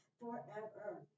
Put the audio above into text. forever